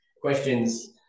questions